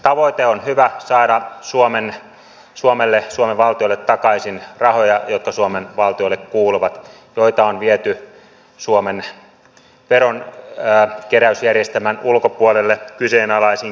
tavoite on hyvä saada suomen valtiolle takaisin rahoja jotka suomen valtiolle kuuluvat joita on viety suomen veronkeräysjärjestelmän ulkopuolelle kyseenalaisin keinoin